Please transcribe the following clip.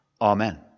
Amen